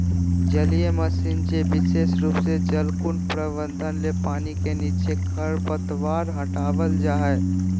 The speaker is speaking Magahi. जलीय मशीन जे विशेष रूप से जलकुंड प्रबंधन ले पानी के नीचे खरपतवार हटावल जा हई